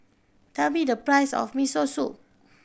tell me the price of Miso Soup